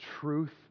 truth